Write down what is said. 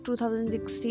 2016